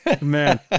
Man